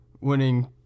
winning